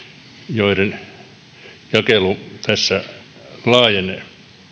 joiden jakelu tässä laajenee